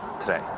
today